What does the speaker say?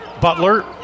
Butler